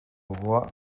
gogoa